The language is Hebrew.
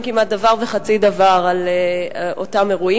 כמעט דבר וחצי דבר על אותם אירועים.